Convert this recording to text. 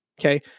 Okay